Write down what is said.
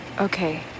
Okay